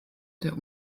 der